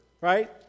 Right